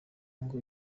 ngo